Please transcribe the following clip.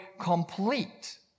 complete